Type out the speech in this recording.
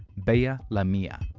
bella lamilla,